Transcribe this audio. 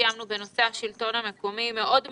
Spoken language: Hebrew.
שקיימנו בנושא השלטון המקומי והן מאוד ממוקדות.